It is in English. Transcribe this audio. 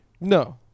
No